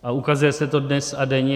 A ukazuje se to dnes a denně.